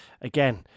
again